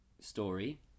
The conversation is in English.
story